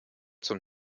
zum